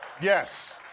Yes